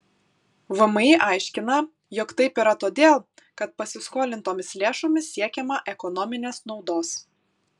vmi aiškina jog taip yra todėl kad pasiskolintomis lėšomis siekiama ekonominės naudos